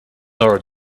are